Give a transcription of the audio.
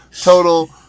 total